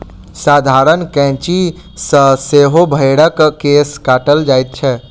साधारण कैंची सॅ सेहो भेंड़क केश काटल जाइत छै